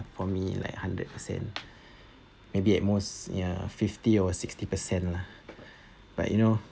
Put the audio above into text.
for me like hundred percent maybe at most ya fifty or sixty percent lah but you know